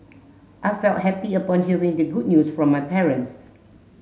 I felt happy upon hearing the good news from my parents